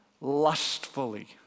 lustfully